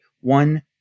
one